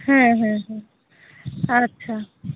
ᱦᱮᱸ ᱦᱮᱸ ᱟᱪᱪᱷᱟ